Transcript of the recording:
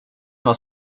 vad